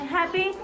Happy